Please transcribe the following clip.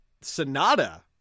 sonata